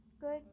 good